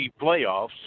playoffs